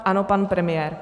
Ano, pan premiér.